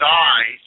die